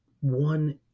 one